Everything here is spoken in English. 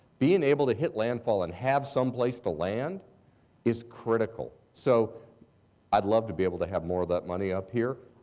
being able to hit landfall and have someplace to land is critical. so i'd love to be able to have more that money up here.